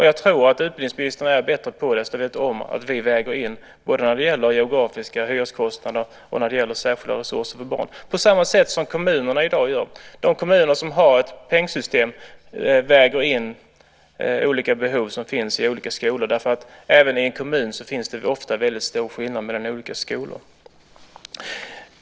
Jag tror att utbildningsministern är bättre påläst och vet om att vi väger in både geografiska resekostnader och särskilda resurser för barn, på samma sätt som kommunerna i dag gör. De kommuner som har ett pengsystem väger in olika behov som finns i olika skolor. Även i en kommun finns det ofta väldigt stor skillnad mellan olika skolor.